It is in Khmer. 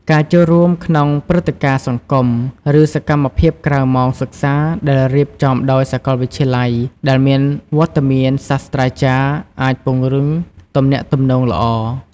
ការចូលរួមក្នុងព្រឹត្តិការណ៍សង្គម ឬសកម្មភាពក្រៅម៉ោងសិក្សាដែលរៀបចំដោយសាកលវិទ្យាល័យ ដែលមានវត្តមានសាស្រ្តាចារ្យ អាចពង្រឹងទំនាក់ទំនងល្អ។